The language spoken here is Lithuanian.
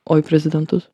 o į prezidentus